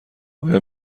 آیا